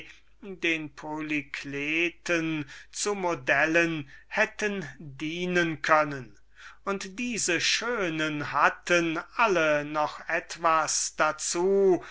den polycleten zu modellen hätten dienen können und diese schönen hatten alle noch etwas dazu